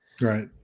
Right